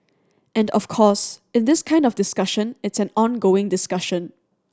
and of course in this kind of discussion it's an ongoing discussion